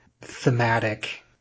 thematic